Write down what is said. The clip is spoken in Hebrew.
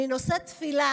אני נושאת תפילה